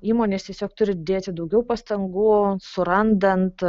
įmonės tiesiog turi dėti daugiau pastangų surandant